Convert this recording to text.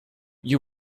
you